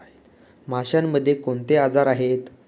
माशांमध्ये कोणते आजार आहेत?